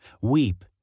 Weep